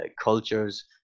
cultures